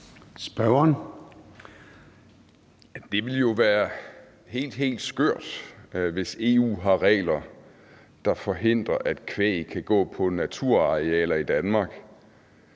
Det ville jo være helt, helt skørt, hvis EU har regler, der forhindrer, at kvæg kan gå på naturarealer i Danmark,